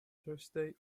thursday